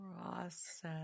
Process